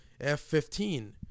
F15